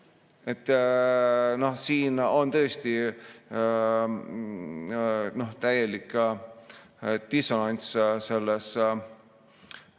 siin on tõesti täielik dissonants selles